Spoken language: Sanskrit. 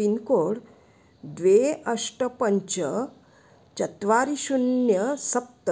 पिन्कोड् द्वे अष्ट पञ्च चत्वारि शून्यं सप्त